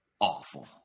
awful